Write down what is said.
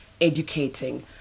educating